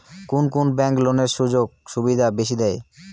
কুন কুন ব্যাংক লোনের সুযোগ সুবিধা বেশি দেয়?